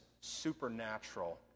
supernatural